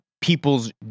people's